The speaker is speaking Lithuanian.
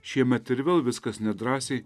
šiemet ir vėl viskas nedrąsiai